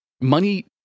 Money